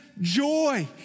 joy